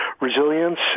resilience